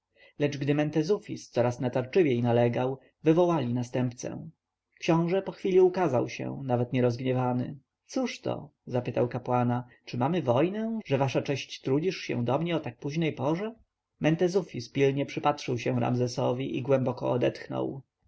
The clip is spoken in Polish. lecz gdy mentezufis coraz natarczywiej nalegał wywołali następcę książę po chwili ukazał się nawet nierozgniewany cóżto zapytał kapłana czy mamy wojnę że wasza cześć trudzisz się do mnie o tak późnej porze mentezufis pilnie przypatrzył się ramzesowi i głęboko odetchnął